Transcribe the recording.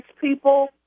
people